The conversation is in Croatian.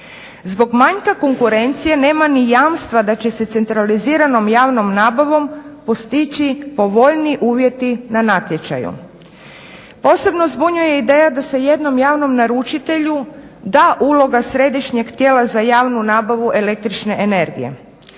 Zbog manjka konkurencije nema ni jamstva da će se centraliziranom javnom nabavom postići povoljniji uvjeti na natječaju. Posebno zbunjuje ideja da se jednom javnom naručitelju da uloga središnjeg tijela za javnu nabavu električne energije.